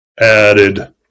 added